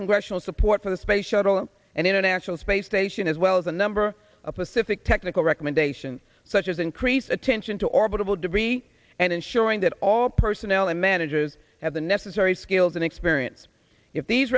congressional support for the space shuttle and international space station as well as a number of pacific technical recommendation such as increased attention to orbital debris and ensuring that all personnel and manages have the necessary skills and experience if these